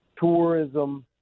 tourism